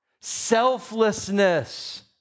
selflessness